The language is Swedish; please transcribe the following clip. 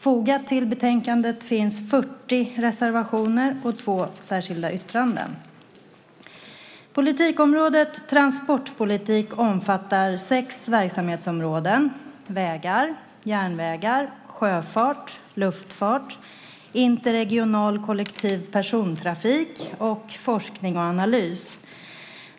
Fogat till betänkandet finns 40 reservationer och 2 särskilda yttranden. Politikområdet transportpolitik omfattar sex verksamhetsområden: vägar, järnvägar, sjöfart, luftfart, interregional kollektiv persontrafik samt forskning och analys.